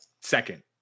Second